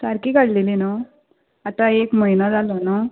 सारकी काडलेली न्हू आतां एक म्हयनो जालो न्हू